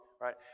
right